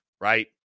right